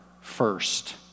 first